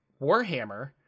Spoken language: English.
Warhammer